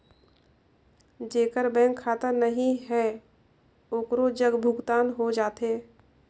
जेकर बैंक खाता नहीं है ओकरो जग भुगतान हो जाथे?